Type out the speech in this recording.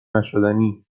نشدنی